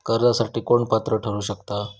कर्जासाठी कोण पात्र ठरु शकता?